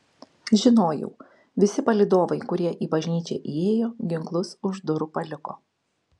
žinojau visi palydovai kurie į bažnyčią įėjo ginklus už durų paliko